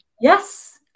yes